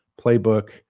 playbook